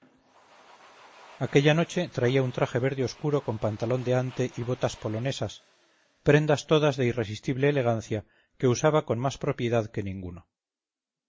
aquella noche traía un traje verde oscuro con pantalón de ante y botas polonesas prendas todas de irreprensible elegancia que usaba con más propiedad que ninguno